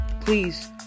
please